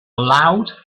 loud